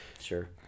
sure